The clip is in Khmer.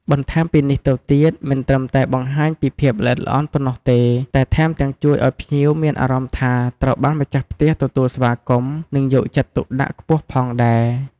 បន្ថែមពីនេះទៅទៀត មិនត្រឹមតែបង្ហាញពីភាពល្អិតល្អន់ប៉ុណ្ណោះទេ តែថែមទាំងជួយឲ្យភ្ញៀវមានអារម្មណ៍ថាត្រូវបានម្ខាស់ផ្ទះទទួលស្វាគមន៍ និងយកចិត្តទុកដាក់ខ្ពស់ផងដែរ។